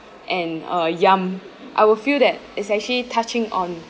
and a yum I will feel that it's actually touching on